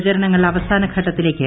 പ്രചരണങ്ങൾ അവസാനഘട്ടത്തിലേയ്ക്ക്